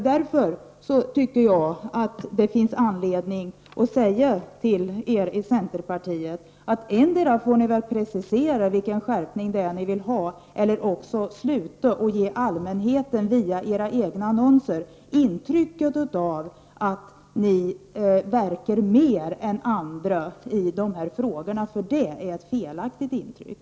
Därför tycker jag att det finns anledning att säga till er i centerpartiet att ni antingen får precisera vilken skärpning ni vill ha eller också får sluta att genom era annonser ge allmänheten intryck av att ni i större utsträckning än andra verkar för dessa frågor. Det är nämligen ett felaktigt intryck.